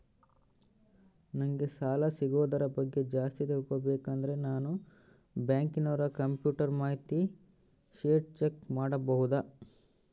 ನಂಗೆ ಸಾಲ ಸಿಗೋದರ ಬಗ್ಗೆ ಜಾಸ್ತಿ ತಿಳಕೋಬೇಕಂದ್ರ ನಾನು ಬ್ಯಾಂಕಿನೋರ ಕಂಪ್ಯೂಟರ್ ಮಾಹಿತಿ ಶೇಟ್ ಚೆಕ್ ಮಾಡಬಹುದಾ?